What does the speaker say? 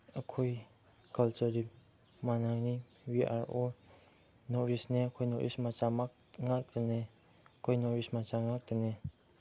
ꯑꯩꯈꯣꯏ ꯀꯜꯆꯔꯗꯤ ꯃꯥꯟꯅꯒꯅꯤ ꯋꯤ ꯑꯥꯔ ꯑꯣꯜ ꯅꯣꯔꯠ ꯏꯁꯅꯦ ꯑꯩꯈꯣꯏ ꯅꯣꯔꯠ ꯏꯁ ꯃꯆꯥꯃꯛ ꯉꯥꯛꯇꯅꯦ ꯑꯩꯈꯣꯏ ꯅꯣꯔꯠ ꯏꯁ ꯃꯆꯥ ꯉꯥꯛꯇꯅꯦ